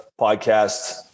podcast